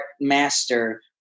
master